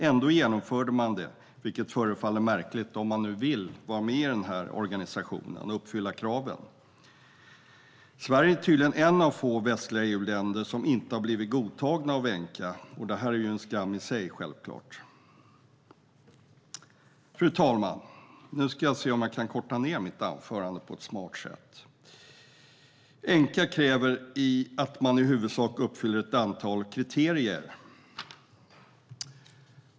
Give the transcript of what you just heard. Ändå genomförde man det, vilket förefaller märkligt om man nu vill vara med i den organisationen och uppfylla kraven. Sverige är tydligen ett av få västliga EU-länder som inte blivit godtagna av ENQA. Det är självklart en skam i sig. Fru talman! ENQA kräver att man i huvudsak uppfyller ett antal kriterier.